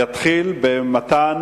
יתחיל במתן